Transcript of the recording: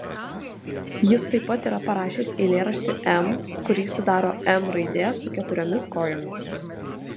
jis taip pat yra parašęs eilėraštį m kurį sudaro m raidė su keturiomis kojomis